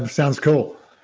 um sounds cool.